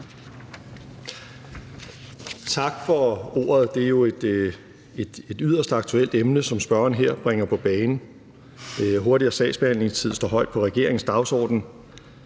Tak for ordet, formand. Det er jo et yderst aktuelt emne, som spørgeren her bringer på bane. Hurtigere sagsbehandlingstid står højt på regeringens dagsorden.